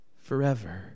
forever